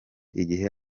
igihe